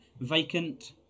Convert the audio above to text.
vacant